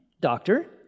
doctor